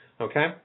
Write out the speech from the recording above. okay